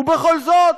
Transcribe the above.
ובכל זאת,